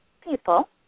people